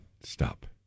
stop